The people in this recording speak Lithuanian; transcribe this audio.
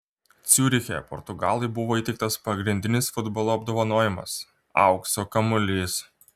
ciuriche portugalui buvo įteiktas pagrindinis futbolo apdovanojimas aukso kamuolys